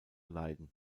leiden